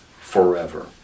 forever